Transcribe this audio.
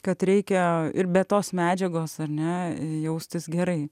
kad reikia ir be tos medžiagos ar ne jaustis gerai